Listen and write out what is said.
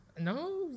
No